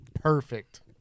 perfect